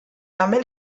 també